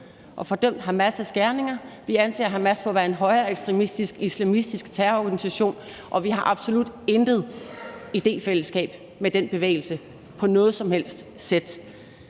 og fordømt Hamas' gerninger. Vi anser Hamas for at være en højreekstremistisk, islamistisk terrororganisation, og vi har absolut intet idéfællesskab med den bevægelse på noget som helst sæt.